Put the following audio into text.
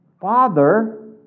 Father